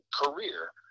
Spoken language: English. career